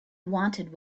wanted